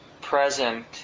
present